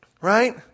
Right